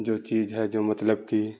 جو چیز ہے جو مطلب کی